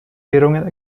währungen